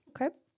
Okay